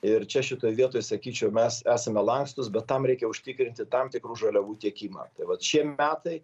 ir čia šitoj vietoj sakyčiau mes esame lankstūs bet tam reikia užtikrinti tam tikrų žaliavų tiekimą tai vat šie metai